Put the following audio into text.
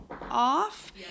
off